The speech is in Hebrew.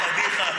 איזו פדיחה.